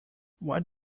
what